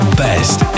best